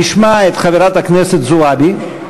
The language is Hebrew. נשמע את חברת הכנסת זועבי,